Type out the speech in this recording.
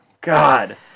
God